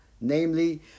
namely